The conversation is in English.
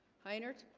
hi nerds